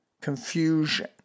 Confusion